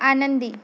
आनंदी